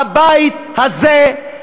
הבית הזה,